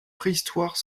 préhistoire